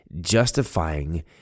justifying